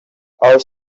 our